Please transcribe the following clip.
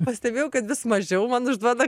pastebėjau kad vis mažiau man užduoda